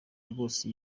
rwose